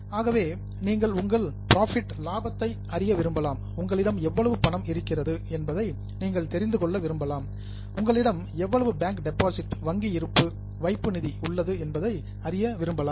ஆகவே நீங்கள் உங்கள் புரோஃபிட் லாபத்தை அறிய விரும்பலாம் உங்களிடம் எவ்வளவு பணம் இருக்கிறது என்பதை நீங்கள் தெரிந்து கொள்ள விரும்பலாம் உங்களிடம் எவ்வளவு பேங்க் டெபாசிட் வங்கி வைப்பு நிதி உள்ளது என்பதை அறிய விரும்பலாம்